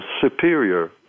superior